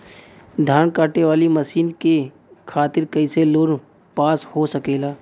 धान कांटेवाली मशीन के खातीर कैसे लोन पास हो सकेला?